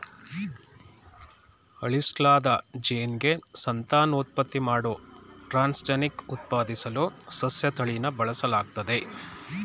ಅಳಿಸ್ಲಾದ ಜೀನ್ಗೆ ಸಂತಾನೋತ್ಪತ್ತಿ ಮಾಡೋ ಟ್ರಾನ್ಸ್ಜೆನಿಕ್ ಉತ್ಪಾದಿಸಲು ಸಸ್ಯತಳಿನ ಬಳಸಲಾಗ್ತದೆ